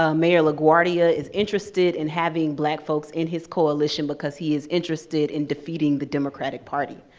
ah mayor laguardia is interested in having black folks in his coalition because he is interested in defeating the democratic party.